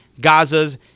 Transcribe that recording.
Gaza's